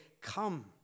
Come